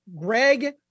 Greg